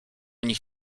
nich